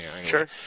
Sure